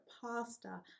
pasta